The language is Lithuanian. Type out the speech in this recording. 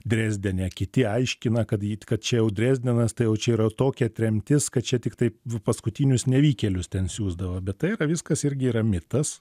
dresdene kiti aiškina kad kad čia jau drezdenas tai jau čia yra tokia tremtis kad čia tiktai paskutinius nevykėlius ten siųsdavo bet tai yra viskas irgi yra mitas